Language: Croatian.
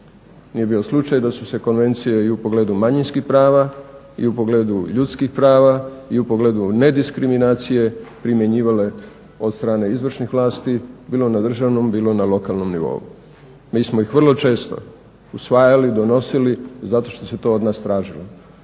nije bio slučaj da su se konvencije i u pogledu manjinskih prava i u pogledu ljudskih prava i u pogledu nediskriminacije primjenjivale od strane izvršnih vlasti, bilo na državnom, bilo na lokalnom nivou. Mi smo ih vrlo često usvajali, donosili zato što se to od nas tražilo,